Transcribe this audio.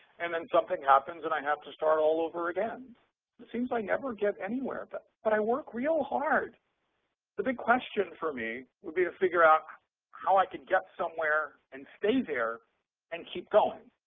and then something happens and i have to start all over again. it seems i never get anywhere, but but i work real the big question for me would be to figure out how i could get somewhere and stay there and keep going,